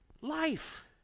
life